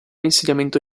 insediamento